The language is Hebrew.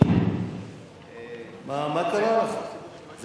ראשון המציעים, חבר הכנסת מגלי והבה.